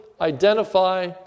identify